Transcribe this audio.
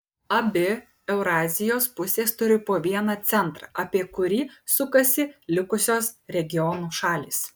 abi eurazijos pusės turi po vieną centrą apie kurį sukasi likusios regionų šalys